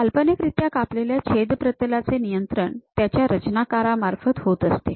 हे काल्पनिकरित्या कापलेल्या छेद प्रतलाचे नियंत्रण त्याच्या रचनाकारामार्फत होत असते